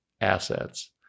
assets